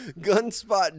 gunspot